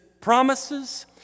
promises